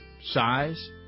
size